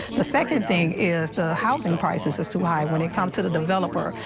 the second thing is the housing prices as to why when it comes to the developer.